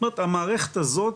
זאת אומרת המערכת הזאת,